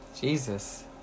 Jesus